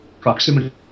proximity